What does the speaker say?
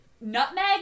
nutmeg